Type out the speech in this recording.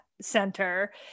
center